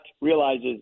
realizes